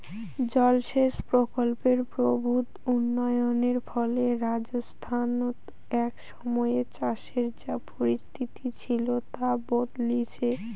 জলসেচ প্রকল্পের প্রভূত উন্নয়নের ফলে রাজস্থানত এক সময়ে চাষের যা পরিস্থিতি ছিল তা বদলিচে